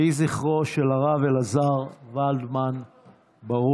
יהי זכרו של הרב אלעזר ולדמן ברוך.